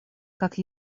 как